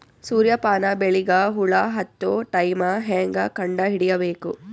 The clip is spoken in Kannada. ಸೂರ್ಯ ಪಾನ ಬೆಳಿಗ ಹುಳ ಹತ್ತೊ ಟೈಮ ಹೇಂಗ ಕಂಡ ಹಿಡಿಯಬೇಕು?